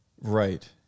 Right